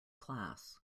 class